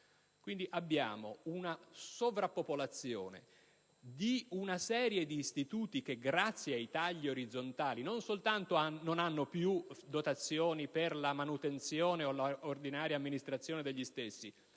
Si registra la sovrappopolazione di una serie di penitenziari che, grazie ai tagli orizzontali, non soltanto non hanno più dotazioni per la manutenzione o l'ordinaria amministrazione,